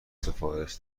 سفارش